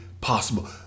possible